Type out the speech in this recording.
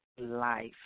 life